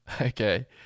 Okay